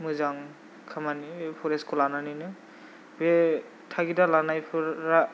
मोजां खामानि बे परेस्टखौ लानानैनो बे थागिदा लानायफोरा